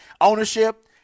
Ownership